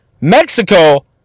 Mexico